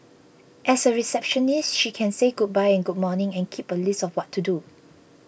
as a receptionist she can say goodbye and good morning and keep a list of what to do